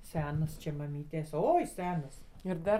senas čia mamytės oi senas ir dar